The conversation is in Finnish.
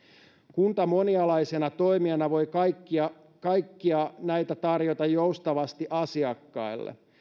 kunta monialaisena toimijana voi kaikkia kaikkia näitä tarjota joustavasti asiakkaille